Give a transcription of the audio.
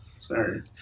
Sorry